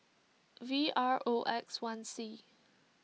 V R O X one C